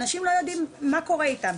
אנשים לא יודעים מה קורה איתם.